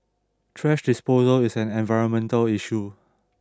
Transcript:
thrash disposal is an environmental issue